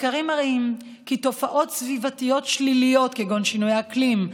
מחקרים מראים כי תופעות סביבתיות שליליות כגון שינויי אקלים,